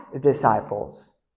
disciples